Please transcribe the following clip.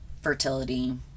fertility